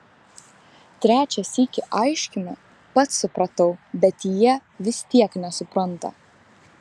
trečią sykį aiškinu pats supratau bet jie vis tiek nesupranta